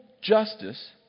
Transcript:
justice